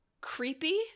creepy